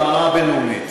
האמנה הבין-לאומית.